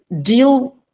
deal